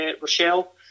Rochelle